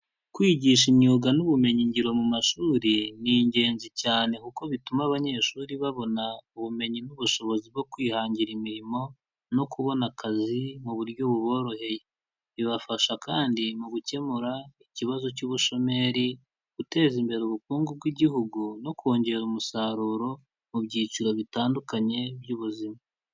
Kwigisha imyuga n'ubumenyingiro mu mashuri ni ingenzi cyane kuko bituma abanyeshuri babona ubumenyi n'ubushobozi bwo kwihangira imirimo no kubona akazi mu buryo buboroheye. Bibafasha kandi mu gukemura ikibazo cy'ubushomeri, guteza imbere ubukungu bw'igihugu no kongera umusaruro mu byiciro bitandukanye by'ubuzima.